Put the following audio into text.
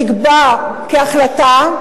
נקבע כהחלטה: